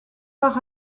par